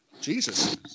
Jesus